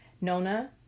Nona